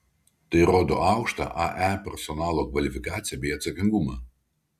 tai rodo aukštą ae personalo kvalifikaciją bei atsakingumą